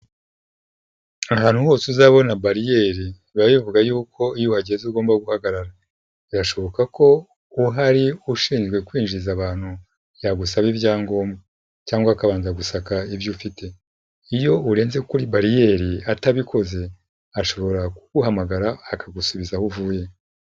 Ahantu hose uzabona bariyeri, biba bivuga yuko iyo uhageze ugomba guhagarara. Birashoboka ko uhari ushinzwe kwinjiza abantu, yagusaba ibyangombwa. Cyangwa akabanza gusaka ibyo ufite. Iyo urenze kuri bariyeri atabikoze, ashobora kuguhamagara akagusubiza aho uvuye.